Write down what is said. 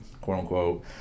quote-unquote